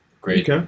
great